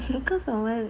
cause 我们